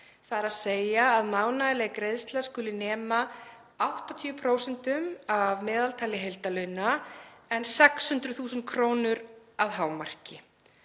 barn, þ.e. að mánaðarleg greiðsla skuli nema 80% af meðaltali heildarlauna en 600.000 kr. að hámarki.